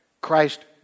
Christ